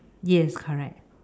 yes correct